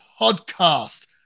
podcast